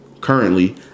currently